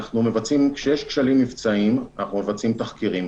כשיש כשלים מבצעיים אנחנו מבצעים תחקירים.